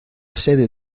sede